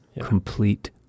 complete